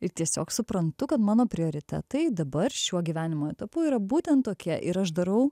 ir tiesiog suprantu kad mano prioritetai dabar šiuo gyvenimo etapu yra būtent tokie ir aš darau